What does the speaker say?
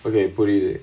okay put it in